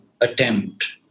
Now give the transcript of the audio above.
attempt